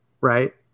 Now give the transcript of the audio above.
right